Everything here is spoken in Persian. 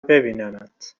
ببینمت